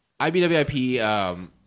IBWIP